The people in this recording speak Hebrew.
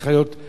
איך אומרים,